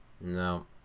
No